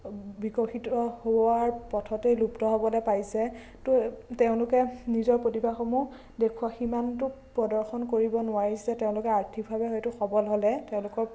বিকশিত হোৱাৰ পথতেই লুপ্ত হ'বলৈ পাইছে তো তেওঁলোকে নিজৰ প্ৰতিভাসমূহ দেখুওৱা সিমানতো প্ৰদৰ্শন কৰিব নোৱাৰিছে তেওঁলোকে আৰ্থিকভাৱে হয়তো সবল হ'লে তেওঁলোকৰ